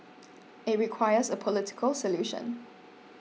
it requires a political solution